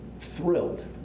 thrilled